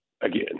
again